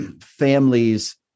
families